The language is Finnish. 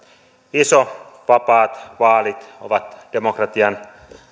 iso vapaat vaalit ovat demokratian